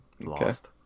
lost